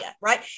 right